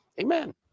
Amen